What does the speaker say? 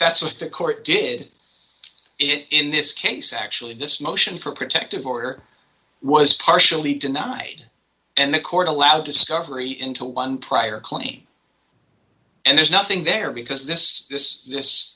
that's what the court did it in this case actually this motion for protective order was partially denied and the court allowed discovery into one prior claim and there's nothing there because this this this